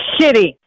shitty